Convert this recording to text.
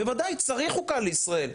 בוודאי צריך חוקה לישראל,